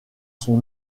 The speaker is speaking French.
son